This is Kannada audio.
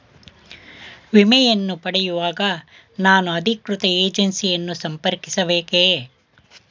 ವಿಮೆಯನ್ನು ಪಡೆಯುವಾಗ ನಾನು ಅಧಿಕೃತ ಏಜೆನ್ಸಿ ಯನ್ನು ಸಂಪರ್ಕಿಸ ಬೇಕೇ?